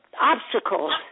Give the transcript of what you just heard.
obstacles